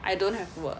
I don't have to work